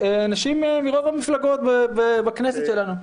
--- אנשים מרוב המפלגות בכנסת שלנו.